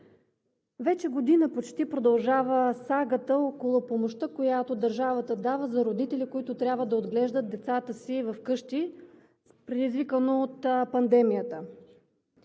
почти година продължава сагата около помощта, която държавата дава за родители, които трябва да отглеждат децата си вкъщи, предизвикана от пандемията.